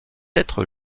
être